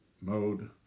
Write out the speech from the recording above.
mode